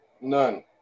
none